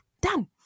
Done